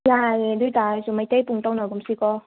ꯌꯥꯔꯦ ꯑꯗꯨꯑꯣꯏꯇꯥꯔꯁꯨ ꯃꯩꯇꯩ ꯄꯨꯡ ꯇꯧꯅꯒꯨꯝꯁꯤꯀꯣ